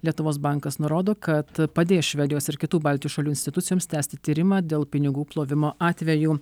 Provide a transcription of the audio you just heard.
lietuvos bankas nurodo kad padės švedijos ir kitų baltijos šalių institucijoms tęsti tyrimą dėl pinigų plovimo atvejų